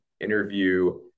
interview